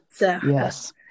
Yes